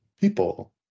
people